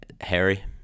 Harry